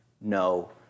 No